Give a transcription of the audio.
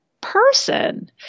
person